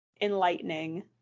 enlightening